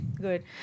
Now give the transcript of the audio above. good